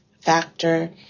factor